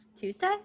Tuesday